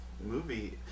Movie